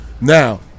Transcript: now